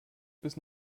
bis